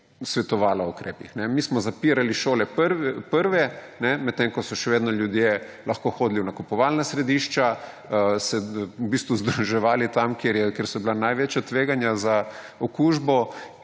svetovala o ukrepih. Mi smo zapirali šole prvi, medtem ko so še vedno ljudje lahko hodili v nakupovalna središča, se v bistvu zadrževali tam, kjer so bila največja tveganja za okužbo.